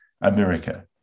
America